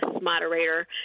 moderator